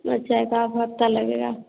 अच्छा है एक आध हफ्ता लगेगा